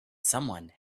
someone